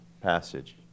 passage